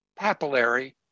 papillary